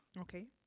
Okay